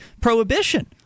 prohibition